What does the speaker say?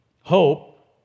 Hope